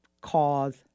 cause